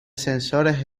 sensores